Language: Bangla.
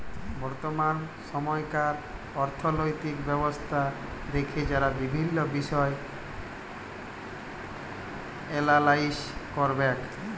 বর্তমাল সময়কার অথ্থলৈতিক ব্যবস্থা দ্যাখে যারা বিভিল্ল্য বিষয় এলালাইস ক্যরবেক